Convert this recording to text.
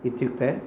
इत्युक्ते